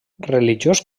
religiós